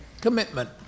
commitment